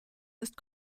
ist